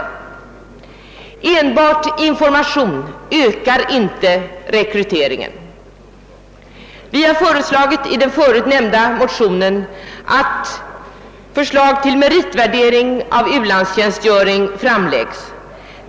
Enbart informa tion ökar inte rekryteringen. Vi har föreslagit i den förut nämnda motionen att u-landstjänstgöring skall meritvärderas.